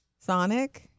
Sonic